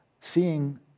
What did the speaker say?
Seeing